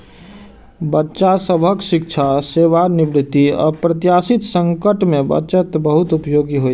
बच्चा सभक शिक्षा, सेवानिवृत्ति, अप्रत्याशित संकट मे बचत बहुत उपयोगी होइ छै